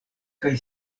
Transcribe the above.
kaj